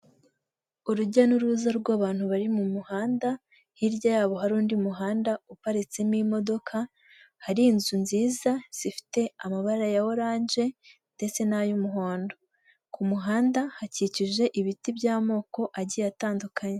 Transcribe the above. Urujya n'uruza rw'abantu bari mu muhanda, hirya yabo hari undi muhanda uparitsemo imodoka, hari inzu nziza zifite amabara ya oranje ndetse n'ay'umuhondo. Ku muhanda hakikije ibiti by'amoko agiye atandukanye.